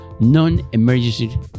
non-emergency